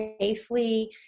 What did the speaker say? safely